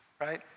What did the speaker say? right